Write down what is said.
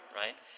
right